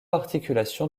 articulation